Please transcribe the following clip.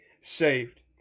saved